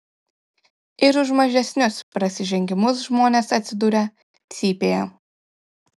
ir už mažesnius prasižengimus žmonės atsiduria cypėje